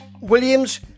Williams